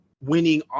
winning